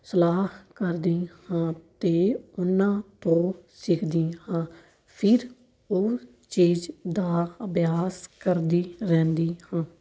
ਸਲਾਹ ਕਰਦੀ ਹਾਂ ਅਤੇ ਉਹਨਾਂ ਤੋਂ ਸਿੱਖਦੀ ਹਾਂ ਫਿਰ ਉਹ ਚੀਜ਼ ਦਾ ਅਭਿਆਸ ਕਰਦੀ ਰਹਿੰਦੀ ਹਾਂ